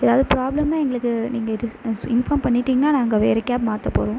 ஏதாவுது பிராப்ளம்னால் எங்களுக்கு நீங்கள் இட் இஸ் இன்ஃபார்ம் பண்ணிட்டீங்னால் நாங்கள் வேறு கேப் மாற்ற போகிறோம்